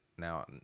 Now